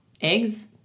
eggs